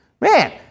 Man